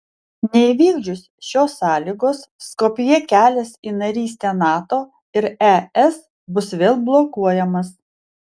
neįvykdžius šios sąlygos skopjė kelias į narystę nato ir es bus vėl blokuojamas